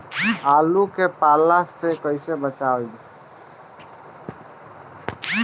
आलु के पाला से कईसे बचाईब?